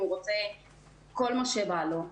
אם הוא רוצה כל מה שבא לו.